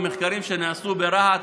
ממחקרים שנעשו ברהט,